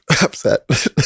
upset